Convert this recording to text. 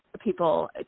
people